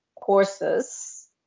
courses